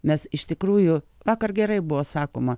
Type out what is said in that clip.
mes iš tikrųjų vakar gerai buvo sakoma